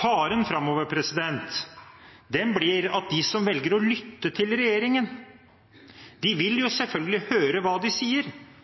Faren framover blir at de som velger å lytte til regjeringen, selvfølgelig vil høre hva de sier, men ikke forstå hva de gjør, for de sier